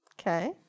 Okay